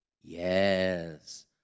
Yes